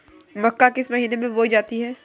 मक्का किस महीने में बोई जाती है?